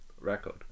record